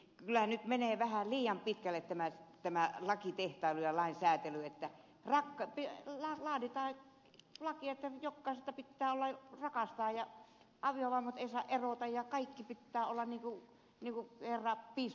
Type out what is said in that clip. kyllä nyt menee vähän liian pitkälle tämä lakitehtailu ja säätely että laaditaan laki että jokkaista pittää rakastaa ja aviovaimot eivät saa erota ja kaikki pittää olla niin kuin herra piispa sannoo